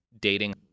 dating